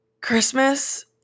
Christmas